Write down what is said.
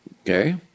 Okay